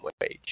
wage